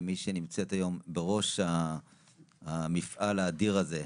ומי שנמצאת היום בראש המפעל האדיר הזה.